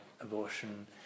abortion